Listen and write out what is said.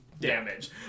damage